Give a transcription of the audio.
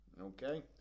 Okay